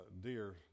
deer